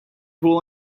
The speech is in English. pool